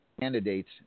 candidates